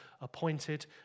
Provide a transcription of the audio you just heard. appointed